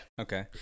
okay